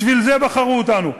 בשביל זה בחרו אותנו,